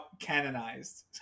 canonized